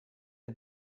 did